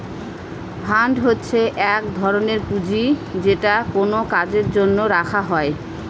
fund হচ্ছে এক ধরনের পুঁজি যেটা কোনো কাজের জন্য রাখা হয়